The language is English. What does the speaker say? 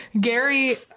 Gary